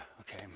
okay